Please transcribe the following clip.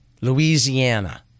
Louisiana